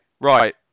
right